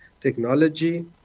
technology